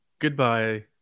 goodbye